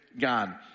God